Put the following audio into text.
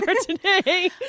today